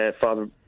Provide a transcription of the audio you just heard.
Father